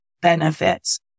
benefits